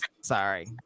sorry